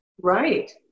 Right